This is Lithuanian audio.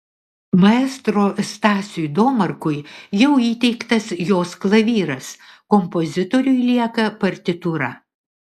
maestro stasiui domarkui jau įteiktas jos klavyras kompozitoriui lieka partitūra